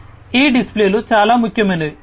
కాబట్టి ఈ డిస్ప్లేలు చాలా ముఖ్యమైనవి